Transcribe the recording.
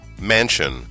Mansion